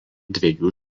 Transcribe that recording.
dviejų